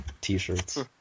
t-shirts